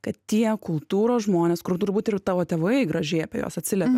kad tie kultūros žmonės kur turbūt ir tavo tėvai gražiai apie juos atsiliepia